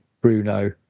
Bruno